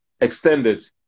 extended